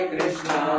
Krishna